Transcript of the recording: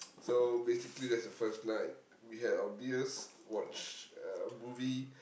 so basically that's the first night we had our beers watch uh movie